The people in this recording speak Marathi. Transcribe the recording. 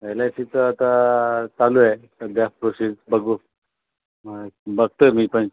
एल आय सीचं आता चालू आहे सध्या प्रोसेस बघू बघतो आहे मी पण